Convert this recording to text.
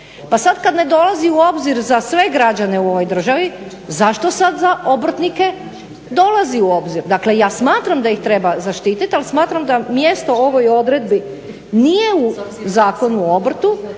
Pa sada kada ne dolazi u obzir za sve građane u ovoj državi zašto sada za obrtnike dolazi u obzir. Dakle, ja smatram da ih treba zaštiti ali smatram da mjesto ovoj odredbi nije u Zakonu o obrtu